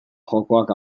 jokoak